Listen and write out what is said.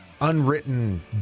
unwritten